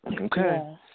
Okay